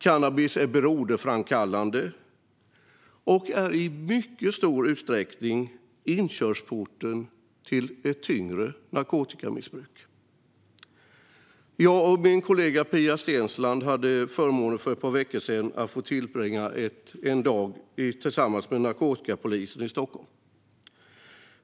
Cannabis är beroendeframkallande och är i mycket stor utsträckning inkörsporten till tyngre narkotikamissbruk. Jag och min kollega Pia Steensland hade förmånen att för ett par veckor sedan få tillbringa en dag tillsammans med narkotikapolisen i Stockholm.